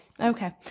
Okay